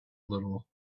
little